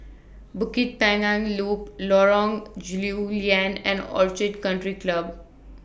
Bukit Panjang Loop Lorong Lew Lian and Orchid Country Club